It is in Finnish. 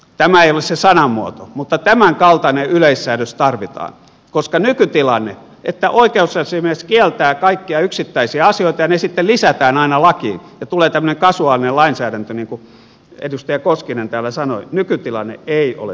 tämä ei ole se sanamuoto mutta tämänkaltainen yleissäädös tarvi taan koska nykytilanne että oikeusasiamies kieltää kaikkia yksittäisiä asioita ja ne sitten lisätään aina lakiin ja tulee tämmöinen kasuaalinen lainsäädäntö niin kuin edustaja koskinen täällä sanoi ei ole tyydyttävä